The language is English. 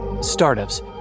Startups